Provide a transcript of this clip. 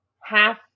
half